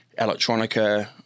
electronica